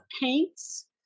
paints